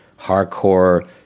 hardcore